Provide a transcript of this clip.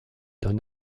d’un